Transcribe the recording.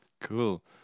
Cool